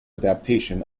adaptation